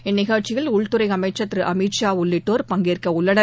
இந்நிகழ்ச்சியில் உள்துறை அமைச்சர் திரு அமித் ஷா உள்ளிட்டோர் பங்கேற்கவுள்ளனர்